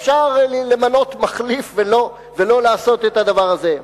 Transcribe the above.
אפשר למנות מחליף ולא לעשות את הדבר הזה.